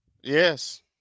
Yes